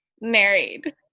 married